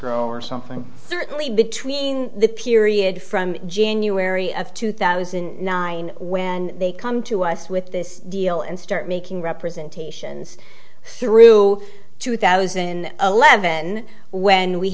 w or something certainly between the period from january of two thousand and nine when they come to us with this deal and start making representations through two thousand and eleven when we